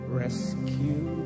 rescue